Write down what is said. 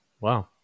Wow